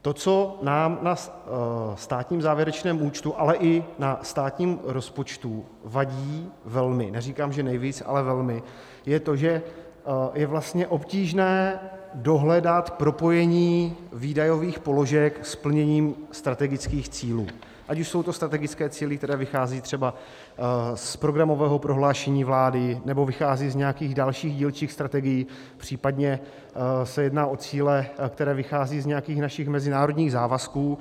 To, co nám na státním závěrečném účtu, ale i na státním rozpočtu vadí velmi, neříkám, že nejvíc, ale velmi, je to, že je vlastně obtížné dohledat propojení výdajových položek s plněním strategických cílů, ať už jsou to strategické cíle, které vycházejí třeba z programového prohlášení vlády, nebo vycházejí z nějakých dalších dílčích strategií, případně se jedná o cíle, které vycházejí z nějakých našich mezinárodních závazků.